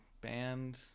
band